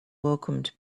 welcomed